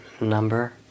number